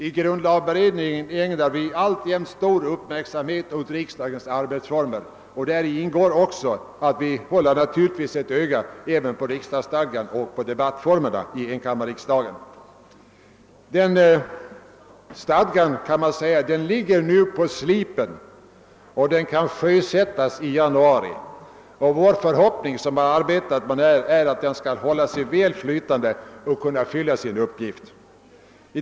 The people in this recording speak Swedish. I grundlagberedningen ägnar vi alltjämt stor uppmärksamhet åt frågan om riksdagens arbetsformer; däri ingår naturligtvis också att vi håller ett öga på riksdagsstadgan och debattformerna i enkammarriksdagen. Man kan säga att stadgan nu ligger på slipen och skall sjösättas i januari. Förhoppningen hos oss som arbetat med detta är att den skall kunna hålla sig flytande och fylla sin uppgift.